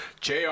Jr